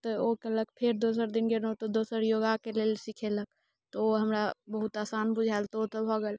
तऽ ओ कहलक फेर दोसर दिन गेलहुँ तऽ दोसर योगाके लेल सिखयलक तऽ ओ हमरा बहुत आसान बुझायल तऽ ओ तऽ भऽ गेल